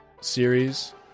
series